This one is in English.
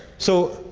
so,